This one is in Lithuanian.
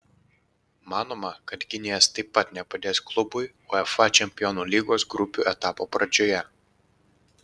manoma kad gynėjas taip pat nepadės klubui uefa čempionų lygos grupių etapo pradžioje